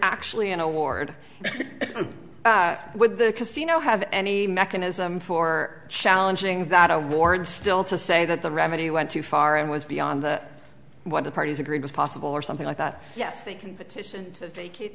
actually an award with the casino have any mechanism for challenging that award still to say that the remedy went too far and was beyond what the parties agreed was possible or something like that yes they can petition to